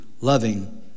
loving